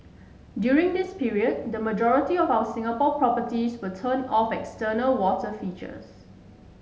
during this period the majority of our Singapore properties will turn off external water features